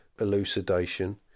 elucidation